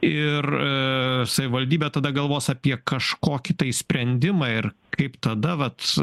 ir savivaldybė tada galvos apie kažkokį tai sprendimą ir kaip tada vat